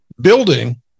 building